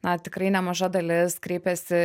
na tikrai nemaža dalis kreipiasi